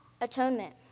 atonement